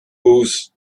whose